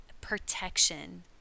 protection